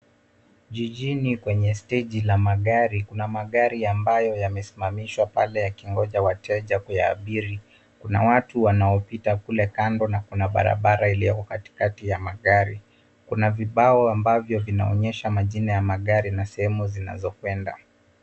Jijini kwenye staji la magari kuna magari ambayo yamesimamishwa pale yakigonja wateja kuyaabiri. Kuna watu wanaopita kule kando na kuna barabara ilioko katikati ya magari. Kuna vibao ambavyo vinaonyesha majina ya magari na sehemu zinazokwenda.